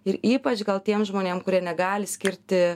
ir ypač gal tiem žmonėm kurie negali skirti